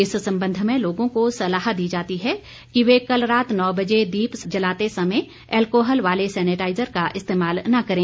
इस संबंध में लोगों को सलाह दी जाती है कि वे कल रात नौ बजे दीप जलाते समय एल्कोहल वाले सेनेटाइजर का इस्तेमाल न करें